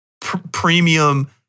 premium